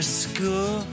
school